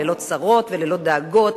ללא צרות וללא דאגות,